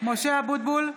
אבוטבול,